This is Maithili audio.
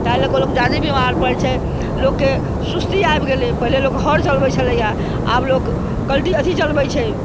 तैं लेल लोग जादा बीमार परै छै लोक के सुस्ती आबि गेलै पहले लोक हर चलबै छलैया आब लोक कल्टी अथी चलबै छै